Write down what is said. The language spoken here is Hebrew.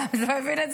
אתה מבין את